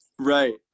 Right